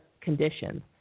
conditions